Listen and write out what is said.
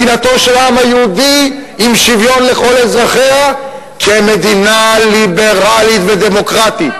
מדינתו של העם היהודי עם שוויון לכל אזרחיה כמדינה ליברלית ודמוקרטית,